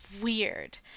weird